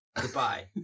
Goodbye